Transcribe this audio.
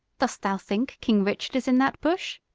dost thou think king richard is in that bush?